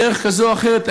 בדרך כזאת או אחרת,